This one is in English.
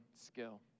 skill